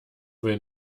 will